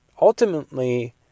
ultimately